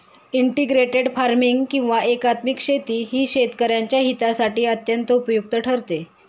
integrated farming किंवा एकात्मिक शेती ही शेतकऱ्यांच्या हितासाठी अत्यंत उपयुक्त ठरते